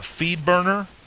FeedBurner